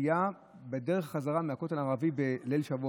שתייה בדרך חזרה מהכותל המערבי בליל שבועות.